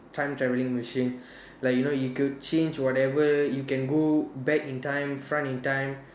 time traveling machine like you know you could change whatever you can go back in time front in time